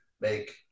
make